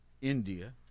India